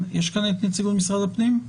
נמצאת כאן נציגות משרד הפנים?